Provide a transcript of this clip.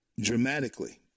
Dramatically